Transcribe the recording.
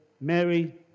Mary